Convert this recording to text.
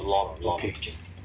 okay